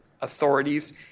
authorities